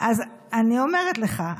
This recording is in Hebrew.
אז אני אומרת לך,